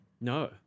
No